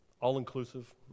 all-inclusive